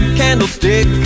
candlestick